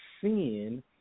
sin